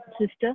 sister